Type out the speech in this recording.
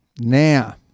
Now